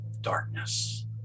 darkness